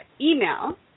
email